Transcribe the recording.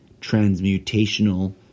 transmutational